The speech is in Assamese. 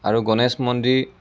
আৰু গণেশ মন্দিৰ